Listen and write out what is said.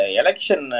election